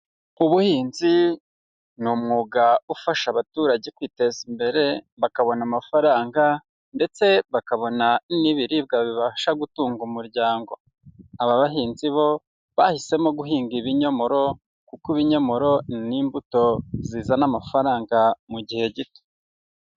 Ubuhinzi ni umwuga ufasha abaturage kwiteza imbere bakabona amafaranga ndetse bakabona n'ibiribwa bibasha gutunga umuryango. Aba bahinzi bo bahisemo guhinga ibinyomoro kuko ibinyomoro ni imbuto zizana amafaranga mu gihe gito.